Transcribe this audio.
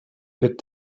bit